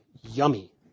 yummy